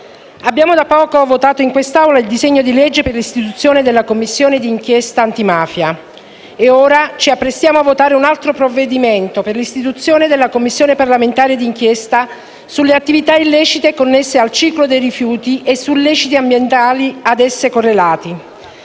abbiamo da poco votato in quest'Aula il disegno di legge per l'istituzione della Commissione di inchiesta sul fenomeno delle mafie e ora ci apprestiamo a votare un altro provvedimento per l'istituzione della Commissione parlamentare di inchiesta sulle attività illecite connesse al ciclo dei rifiuti e su illeciti ambientali a esse correlati.